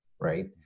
right